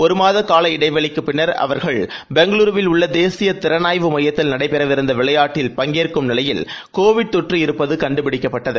ஒரு மாத கால இடைவெளிக்குப் பின்னர் அவர்கள் பெங்களுரில் உள்ள தேசிய திறனாய்வு மையத்தில் நடைபெறவிருந்த விளையாட்டில் அவர்கள் பங்கேற்கும் நிலையில் கோவிட் தொற்று இருப்பது கண்டுபிடிக்கப்பட்டது